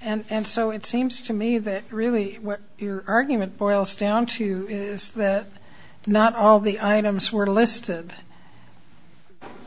and so it seems to me that really what your argument boils down to is that not all the items were listed